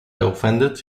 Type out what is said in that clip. offended